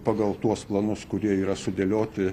pagal tuos planus kurie yra sudėlioti